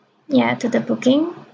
ya to the booking